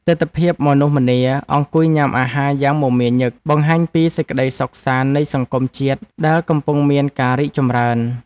ទិដ្ឋភាពមនុស្សម្នាអង្គុយញ៉ាំអាហារយ៉ាងមមាញឹកបង្ហាញពីសេចក្ដីសុខសាន្តនៃសង្គមជាតិដែលកំពុងមានការរីកចម្រើន។